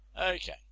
Okay